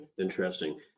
Interesting